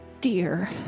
dear